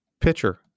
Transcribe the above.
pitcher